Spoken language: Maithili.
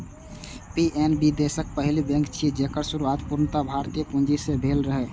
पी.एन.बी देशक पहिल बैंक छियै, जेकर शुरुआत पूर्णतः भारतीय पूंजी सं भेल रहै